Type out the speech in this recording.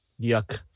Yuck